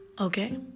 Okay